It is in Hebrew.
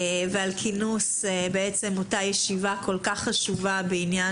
ועל כינוס אותה ישיבה כל כך חשובה בעניין